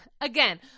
again